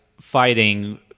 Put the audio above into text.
fighting